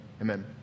Amen